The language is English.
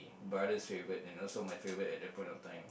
brother's favorite and also my favorite at that point of time